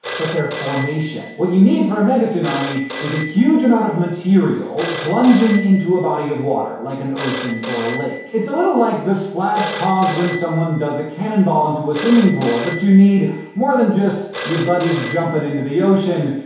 but their formation. what you need for a megatsunami is a huge amount of material plunging into a body of water, like an ocean or a lake. it's a little like the splash caused when someone does a cannonball into a swimming pool. but you need more than just your buddies jumping into the ocean.